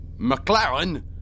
McLaren